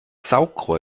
saugrohr